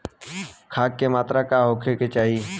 खाध के मात्रा का होखे के चाही?